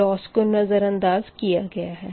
loss को नज़रअंदाज़ किया गया है